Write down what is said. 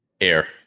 Air